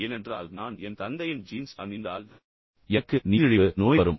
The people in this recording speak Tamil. ஏனென்றால் நான் என் தந்தையின் ஜீன்ஸ் அணிந்தால் எனக்கு நீரிழிவு நோய் வரும்